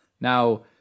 Now